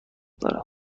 دارم